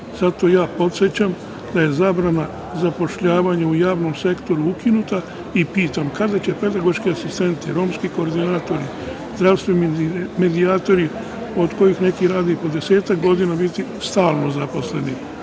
ja podsećam da je zabrana zapošljavanja u javnom sektoru ukinuta i pitam – kada će pedagoški asistenti, romski koordinatori, zdravstveni medijatori od kojih neki rade i po desetak godina biti stalno zaposleni? Oni